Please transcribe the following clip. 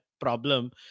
problem